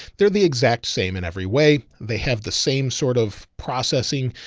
they're the exact same in every way, they have the same sort of processing.